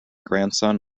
grandson